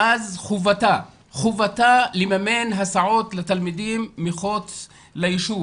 אז חובתה לממן הסעות לתלמידים מחוץ ליישוב.